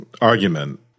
argument